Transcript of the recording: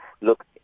look